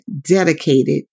dedicated